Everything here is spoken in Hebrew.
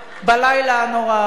בלילה הנורא ההוא.